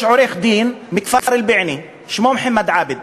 יש עורך-דין מהכפר בעינה, שמו מוחמד עבד.